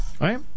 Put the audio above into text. Right